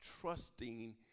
trusting